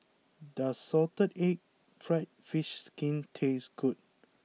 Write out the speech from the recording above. does Salted Egg Fried Fish Skin taste good